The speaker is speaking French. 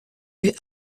vue